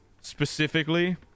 specifically